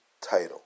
title